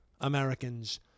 Americans